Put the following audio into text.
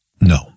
No